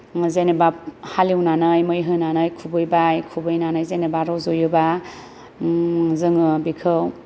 जेनेबा हालेवनानै मै होनानै खुबैबाय खुबैनानै जेनेबा रजयोब्ला जोङो बेखौ